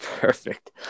Perfect